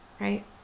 right